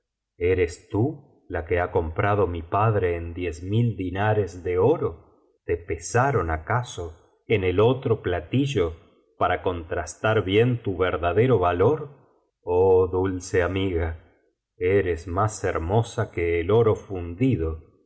eres íti la que ha comprado mi padre en diez mil dinares de oro te pesaron acaso en el otro platillo para contrastar bien tu verdadero valor oh dulce amiga eres más hermosa que el oro fundido tu